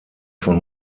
von